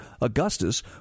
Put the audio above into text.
Augustus